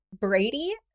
Brady